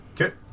Okay